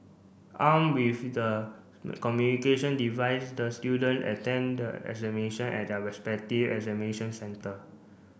arm with the communication device the student attend the examination at their respective examination centre